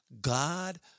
God